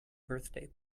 birthday